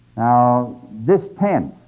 ah this tenth